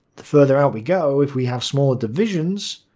the further out we go, if we have smaller divisions